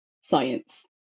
science